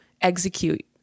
execute